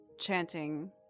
chanting